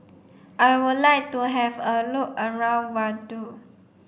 I would like to have a look around Vaduz